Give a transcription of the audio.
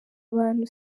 abantu